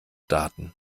daten